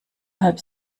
halb